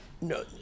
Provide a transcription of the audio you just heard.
no